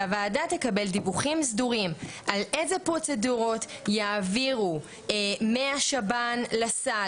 שהוועדה תקבל דיווחים סדורים על איזה פרוצדורות יעבירו מהשב"ן לסל,